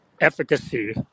efficacy